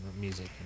music